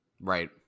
Right